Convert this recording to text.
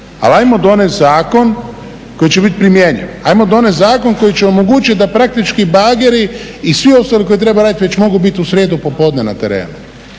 ali ajmo donesti zakon koji će biti primjenjiv, ajmo donesti zakon koji će omogućiti da praktički bageri i svi ostali koji trebaju raditi već mogu biti u srijedu popodne na teretnu.